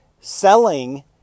Selling